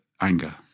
anger